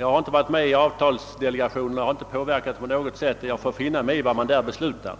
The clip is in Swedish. Jag har inte varit med i någon avtalsdelegation och har inte på något sätt påverkat resultatet utan får finna mig i vad man där beslutar.